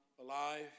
alive